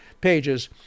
pages